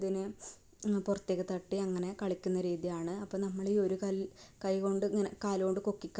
അതിനെ പുറത്തേക്ക് തട്ടി അങ്ങനെ കളിക്കുന്ന രീതിയാണ് അപ്പോൾ നമ്മൾ ഈ ഒരു കല്ല് കൈകൊണ്ട് ഇങ്ങനെ കാലുകൊണ്ട് പൊക്കി കക്കി